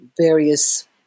various